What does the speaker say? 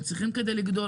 הם צריכים כדי לגדול.